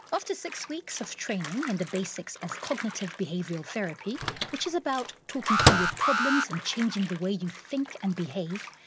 after six weeks of training in the basics of cognitive behavioural therapy, which is about talking through your problems and changing the way you think and behave,